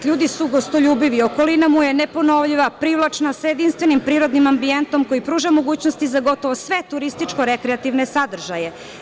LJudi su gostoljubivi, okolina mu je neponovljiva, privlačna, sa jedinstvenim prirodnim ambijentom koji pruža mogućnosti za gotovo sve turističko-rekreativne sadržaje.